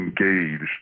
engaged